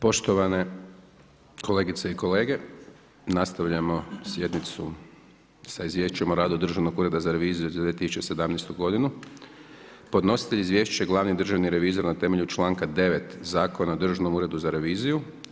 Poštovane kolegice i kolege, nastavljamo sjednicu sa: - Izvješće o radu Državnog ureda za reviziju za 2017. godinu Podnositelj izvješća je glavni državni revizor na temelju članka 9. Zakona o Državnom uredu za reviziju.